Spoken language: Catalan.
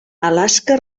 alaska